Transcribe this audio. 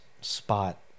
spot